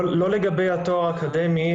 לא לגבי התואר האקדמי,